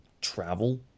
travel